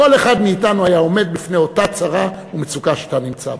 כל אחד מאתנו היה עומד בפני אותה צרה ומצוקה שאתה נמצא בה.